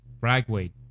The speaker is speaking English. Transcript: ragweed